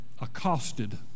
accosted